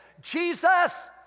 Jesus